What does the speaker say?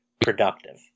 productive